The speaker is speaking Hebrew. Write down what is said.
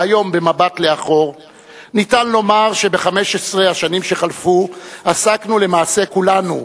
שהיום ניתן לומר במבט לאחור שב-15 השנים שחלפו עסקנו למעשה כולנו,